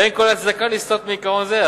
אין כל הצדקה לסטות מעיקרון זה,